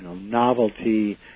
novelty